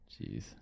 Jeez